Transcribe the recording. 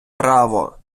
право